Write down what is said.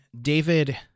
David